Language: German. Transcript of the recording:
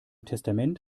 testament